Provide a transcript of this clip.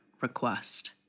request